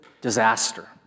disaster